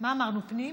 מה אמרנו, פנים?